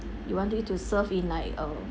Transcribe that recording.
you want it to serve in like a